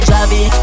Javi